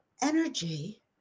energy